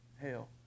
hell